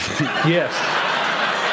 Yes